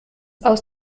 aus